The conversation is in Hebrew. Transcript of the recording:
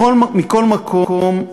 מכל מקום,